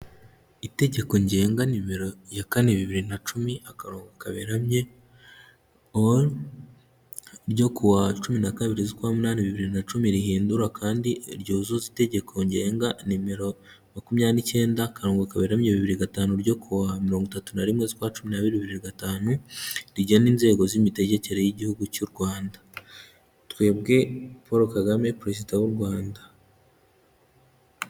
Itegeko ngenga nimero ya kane bibiri na cumi akarongo kaberamye onu, ryo kuwa cumi na kabiri z'ukwa munani, bibiri na cumi rihindura kandi ryuzuza itegeko ngenga nimero makumyabiri n'icyenda akarongo kaberamye bibiri gatanu ryo kuwa mirongo itatu na rimwe z'ukwa cumi n'abiri bibiri gatanu, rigena inzego z'imitegekere y'igihugu cy'u Rwanda. Twebwe Polo Kagame, Perezida w'u Rwanda.